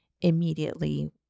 Immediately